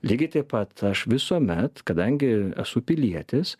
lygiai taip pat aš visuomet kadangi esu pilietis